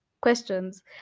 questions